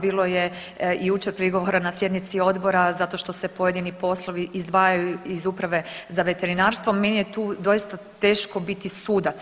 Bilo je jučer prigovora na sjednici odbora zato što se pojedini poslovi izdvajaju iz Uprave za veterinarstvo, meni je tu doista teško biti sudac.